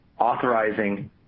authorizing